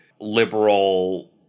liberal